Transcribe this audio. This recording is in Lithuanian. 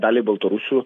daliai baltarusių